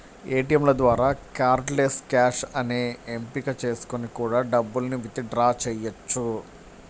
ఏటియంల ద్వారా cardless cash అనే ఎంపిక చేసుకొని కూడా డబ్బుల్ని విత్ డ్రా చెయ్యొచ్చు